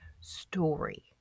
story